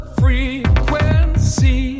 frequency